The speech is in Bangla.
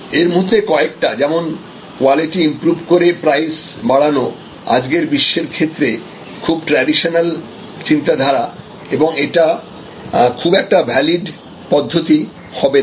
এর মধ্যে কয়েকটা যেমন কোয়ালিটি ইম্প্রুভ করে প্রাইস বাড়ানো আজকের বিশ্বের ক্ষেত্রে খুব ট্র্যাডিশনাল চিন্তা ধারা এবং এটা খুব একটা ভ্যালিড পদ্ধতি হবে না